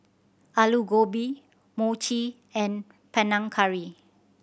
Alu Gobi Mochi and Panang Curry